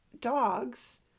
dogs